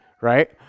right